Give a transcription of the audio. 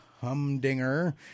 Humdinger